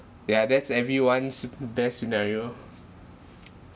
yeah that's everyone's best scenario